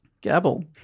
Gabble